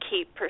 keep